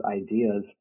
ideas